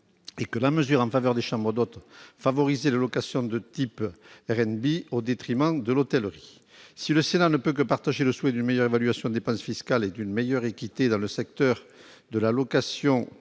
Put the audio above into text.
et que la mesure en faveur des chambres d'hôtes favorise les locations de type Airbnb, au détriment de l'hôtellerie. Si le Sénat ne peut que partager le souhait d'une meilleure évaluation des dépenses fiscales et d'une meilleure équité dans le secteur de la location